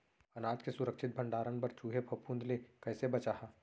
अनाज के सुरक्षित भण्डारण बर चूहे, फफूंद ले कैसे बचाहा?